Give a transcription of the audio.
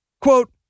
quote